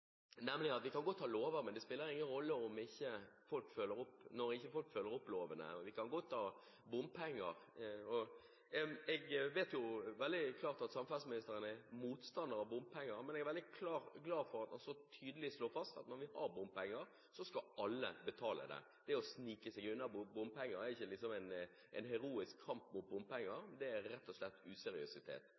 Vi kan godt ha lover, men det spiller ingen rolle når ikke folk følger opp lovene. Vi kan godt ha bompenger – jeg vet veldig godt at samferdselsministeren er motstander av bompenger, men jeg er veldig glad for at han så tydelig slår fast at når vi har bompenger, skal alle betale det. Det å snike seg unna bompenger er ikke en heroisk kamp mot bompenger, det er rett og slett useriøsitet